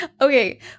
Okay